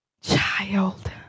child